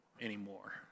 anymore